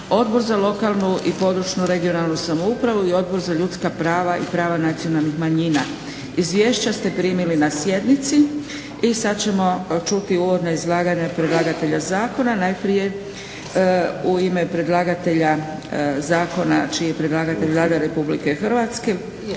Odbor za lokalnu i područnu (regionalnu) samoupravu i Odbor za ljudska prava i prava nacionalnih manjina. Izvješća ste primili na sjednici i sad ćemo čuti uvodna izlaganja predlagatelja zakona. Najprije u ime predlagatelja zakona čiji je predlagatelj Vlada Republike Hrvatske,